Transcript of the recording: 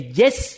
yes